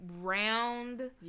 round